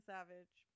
Savage